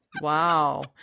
Wow